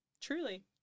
Truly